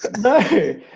No